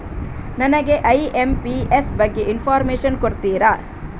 ನನಗೆ ಐ.ಎಂ.ಪಿ.ಎಸ್ ಬಗ್ಗೆ ಇನ್ಫೋರ್ಮೇಷನ್ ಕೊಡುತ್ತೀರಾ?